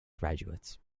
graduates